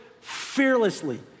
fearlessly